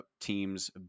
team's